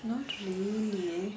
not really